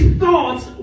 thoughts